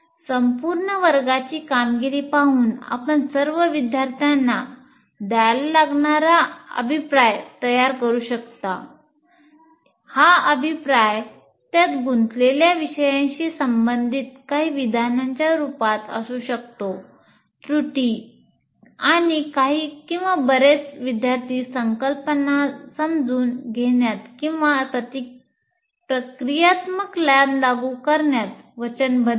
संपूर्ण वर्गाची कामगिरी पाहून आपण सर्व विद्यार्थ्यांना द्यायला लागणारा अभिप्राय तयार करू शकता हा अभिप्राय त्यात गुंतलेल्या विषयांशी संबंधित काही विधानांच्या रूपात असू शकतो त्रुटी आणि काही किंवा बरेच विद्यार्थी संकल्पना समजून घेण्यात किंवा प्रक्रियात्मक ज्ञान लागू करण्यात वचनबद्ध आहेत